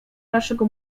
naszego